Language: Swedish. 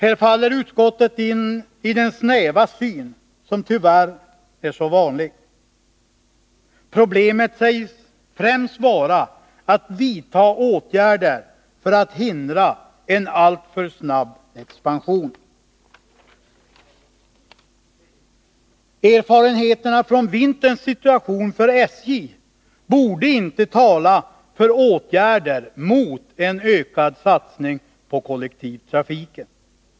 Här faller utskottet in i den snäva syn som tyvärr är så vanlig. Problemet sägs främst vara att vidta åtgärder för att hindra en alltför snabb expansion. Erfarenheterna från vinterns situation för SJ borde inte tala för åtgärder mot en ökad satsning på kollektivtrafiken.